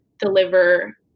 deliver